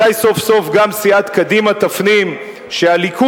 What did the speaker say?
אולי סוף-סוף גם סיעת קדימה תפנים שהליכוד,